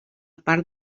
part